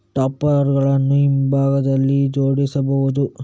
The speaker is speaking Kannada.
ಟಾಪ್ಪರ್ ಗಳನ್ನು ಹಿಂಭಾಗದಲ್ಲಿ ಜೋಡಿಸಬಹುದು